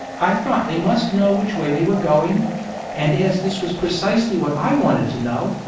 i thought they must know which way they were going and as this was precisely what i wanted to know,